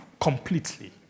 Completely